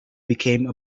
became